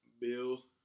Bill